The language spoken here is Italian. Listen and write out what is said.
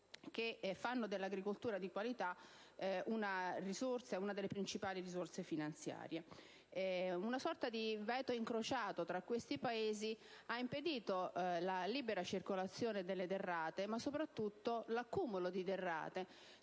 che fanno dell'agricoltura di qualità una delle principali risorse finanziarie. Una sorta di veto incrociato tra questi Paesi ha impedito la libera circolazione delle derrate, ma soprattutto l'accumulo di derrate.